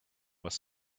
was